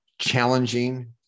challenging